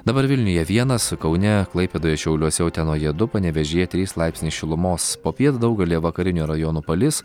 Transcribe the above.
dabar vilniuje vienas kaune klaipėdoje šiauliuose utenoje du panevėžyje trys laipsniai šilumos popiet daugelyje vakarinių rajonų palis